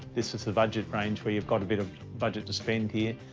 this is the budget range where you've got a bit of budget to spend here,